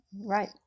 right